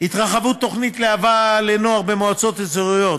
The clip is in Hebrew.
התרחבות תוכנית להב"ה לנוער במועצות האזוריות,